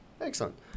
Excellent